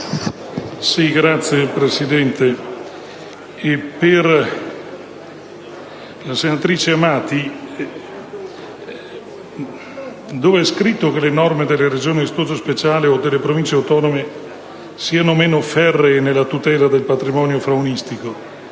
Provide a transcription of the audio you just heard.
Signora Presidente, senatrice Amati, dove è scritto che le norme delle Regioni a statuto speciale o delle Province autonome siano meno ferree nella tutela del patrimonio faunistico?